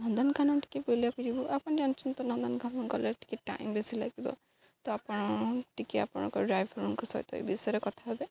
ନନ୍ଦନକାନନ ଟିକେ ବୁଲିବାକୁ ଯିବୁ ଆପଣ ଜାଣିଛନ୍ତି ତ ନନ୍ଦନକାନ ଗଲେ ଟିକେ ଟାଇମ୍ ବେଶୀ ଲାଗିବ ତ ଆପଣ ଟିକେ ଆପଣଙ୍କ ଡ୍ରାଇଭରଙ୍କ ସହିତ ଏ ବିଷୟରେ କଥା ହେବେ